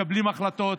מקבלים החלטות,